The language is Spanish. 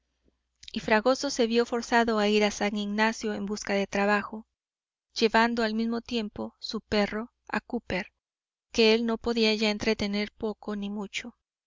y fragoso se vió forzado a ir a san ignacio en busca de trabajo llevando al mismo tiempo su perro a cooper que él no podía ya entretener poco ni mucho